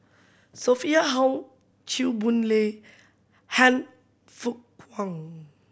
Sophia Hull Chew Boon Lay Han Fook Kwang